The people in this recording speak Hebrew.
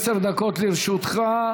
אדוני, עשר דקות לרשותך.